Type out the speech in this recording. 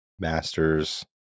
Masters